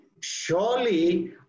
surely